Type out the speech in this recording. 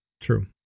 true